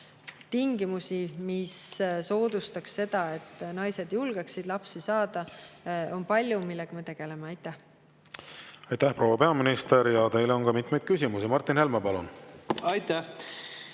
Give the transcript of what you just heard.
[tegureid], mis soodustaks seda, et naised julgeksid lapsi saada, on palju, millega me tegeleme. Aitäh! Aitäh, proua peaminister! Teile on ka mitmed küsimusi. Martin Helme, palun! Aitäh,